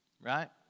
right